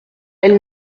elle